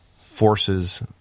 forces